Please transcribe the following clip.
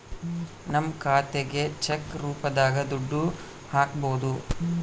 ನಮ್ ಖಾತೆಗೆ ಚೆಕ್ ರೂಪದಾಗ ದುಡ್ಡು ಹಕ್ಬೋದು